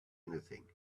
anything